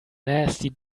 nasty